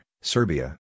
Serbia